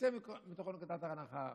נצא מתוך נקודת הנחה אחת: